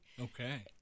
Okay